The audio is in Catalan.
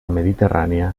mediterrània